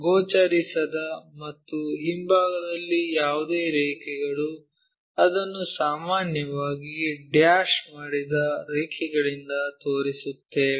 ಗೋಚರಿಸದ ಮತ್ತು ಹಿಂಭಾಗದಲ್ಲಿ ಯಾವುದೇ ರೇಖೆಗಳು ಅದನ್ನು ಸಾಮಾನ್ಯವಾಗಿ ಡ್ಯಾಶ್ ಮಾಡಿದ ರೇಖೆಗಳಿಂದ ತೋರಿಸುತ್ತೇವೆ